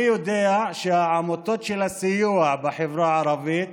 אני יודע שהעמותות של הסיוע בחברה הערבית